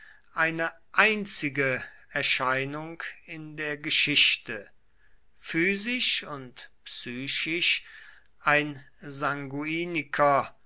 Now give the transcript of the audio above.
eine einzige erscheinung in der geschichte physisch und psychisch ein sanguiniker